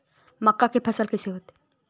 मक्का के फसल कइसे होथे?